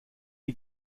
die